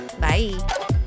bye